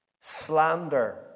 slander